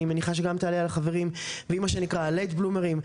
מניחה שגם תעלה על החברים והיא מה שנקרה הלייט בלומרים,